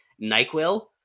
NyQuil